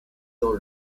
dans